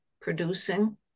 producing